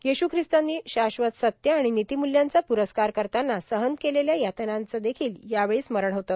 येशू श्रिस्तांनी शाश्वत सत्य व र्गनतीमुल्यांचा प्रस्कार करताना सहन केलेल्या यातनांचे देखील यावेळी स्मरण होते